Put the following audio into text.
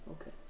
Okay